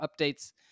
updates